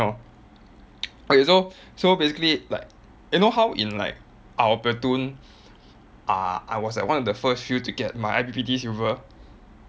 oh okay so so basically like you know how in like our platoon uh I was like one of the first few to get my I_P_P_T silver